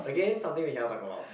again something we cannot talk about